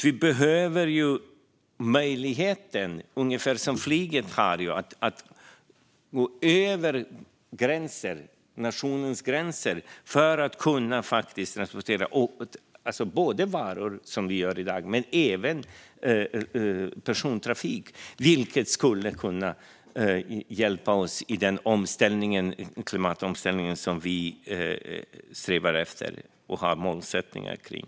Vi behöver alltså möjligheten att, ungefär som flyget, gå över nationens gränser för att kunna både transportera varor, som vi gör i dag, och bedriva persontrafik, vilket skulle kunna hjälpa oss i den klimatomställning som vi strävar efter och har målsättningar kring.